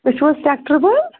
تُہۍ چھُو حظ سیٚکٹر بل